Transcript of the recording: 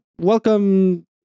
welcome